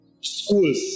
schools